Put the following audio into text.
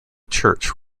church